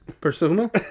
persona